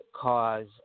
cause